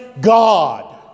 God